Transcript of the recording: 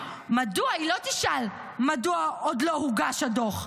מדוע היא לא תשאל מדוע עוד לא הוגש הדוח,